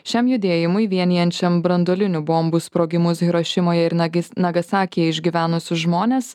šiam judėjimui vienijančiam branduolinių bombų sprogimus hirošimoje ir nagi nagasakyje išgyvenusius žmones